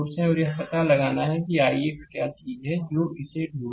और यह पता लगाना है कि ix क्या चीज है जो इसे ढूंढना है